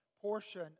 portion